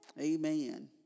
Amen